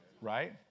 Right